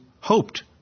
hoped